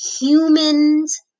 humans